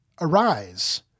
arise